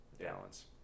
balance